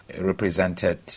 represented